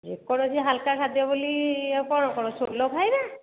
record ଅଛି ହାଲ୍କା ଖାଦ୍ୟ ବୋଲି ଆଉ କ'ଣ କ'ଣ ସୋଲ ଖାଇବା